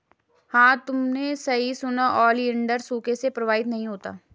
हां तुमने सही सुना, ओलिएंडर सूखे से प्रभावित नहीं होता